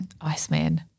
iceman